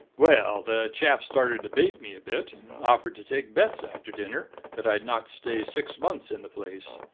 well, the chaps started to bait me a bit, and offered to take bets after dinner that i'd not stay six months in the place.